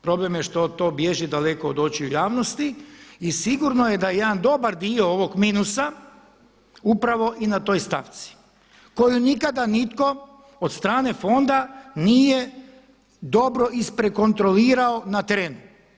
Problem je što to bježi daleko od očiju javnosti i sigurno je da je jedan dobar dio ovog minusa upravo i na toj stavci koju nikada nitko od strane fonda nije dobro isprekontrolirao na terenu.